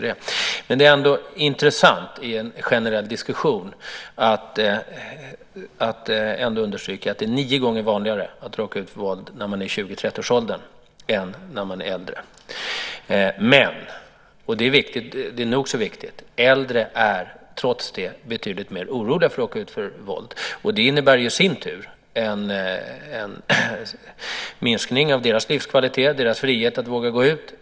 Det är ändå intressant i en generell diskussion att påpeka att det är nio gånger vanligare att råka ut för våld när man är i 20-30-årsåldern än när man är äldre. Men, och det är nog så viktigt, äldre är trots det betydligt mer oroliga för att råka ut för våld. Det innebär i sin tur en minskning av deras livskvalitet och deras frihet att våga gå ut.